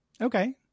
Okay